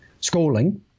schooling